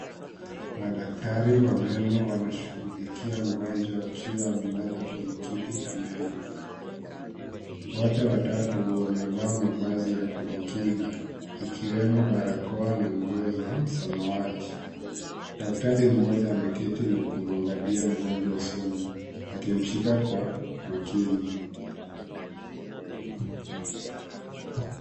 Madaktari wa meno wanashughulikia mgonjwa akiwa amelala kwenye kiti cha meno. Wote watatu wamevaa mavazi ya kujikinga, ikiwemo barakoa na nguo za samawati. Daktari mmoja ameketi na kumwangalia mgonjwa usoni akimshika kwa makini.